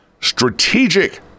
strategic